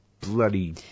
bloody